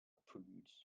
prudes